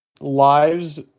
lives